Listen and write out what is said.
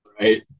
right